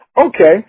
Okay